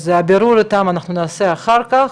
למי ששכח, אז את הבירור איתם נעשה אחר כך,